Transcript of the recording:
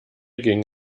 ging